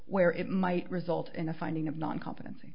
where it might result in a finding of not competency